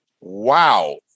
Wow